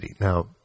Now